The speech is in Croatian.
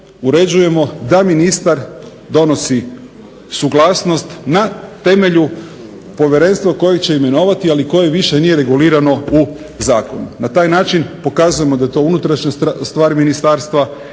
uređujemo da ministar donosi suglasnost na temelju povjerenstva kojeg će imenovati, ali koje više nije regulirano u zakonu. Na taj način pokazujemo da je to unutrašnja stvar ministarstva